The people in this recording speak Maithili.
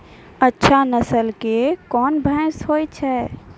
अच्छा नस्ल के कोन भैंस होय छै?